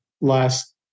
last